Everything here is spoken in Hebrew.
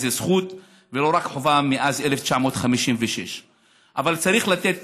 זאת זכות ולא רק חובה מאז 1956. אבל צריך לתת